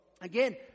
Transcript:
Again